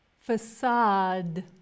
Facade